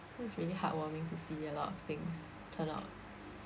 so it's really heartwarming to see a lot of things turn out